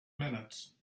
minutes